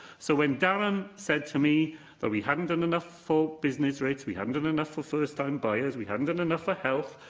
so, when darren said to me that we hadn't done enough for business rates, we hadn't done enough for first-time buyers, we hadn't done enough for health,